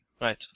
Right